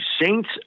Saints